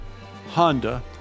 Honda